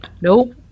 nope